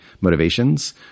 motivations